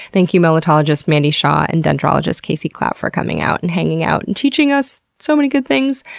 thank you melittologist mandy shaw and dendrologist casey clapp for coming out and hanging out and teaching us so many good things.